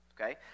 okay